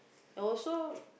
also